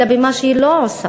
אלא במה שהיא לא עושה.